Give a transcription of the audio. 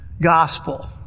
gospel